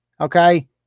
Okay